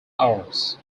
hours